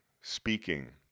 speaking